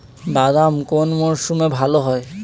বাদাম কোন মরশুমে ভাল হয়?